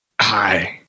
Hi